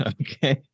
Okay